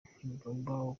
ntibigomba